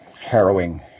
harrowing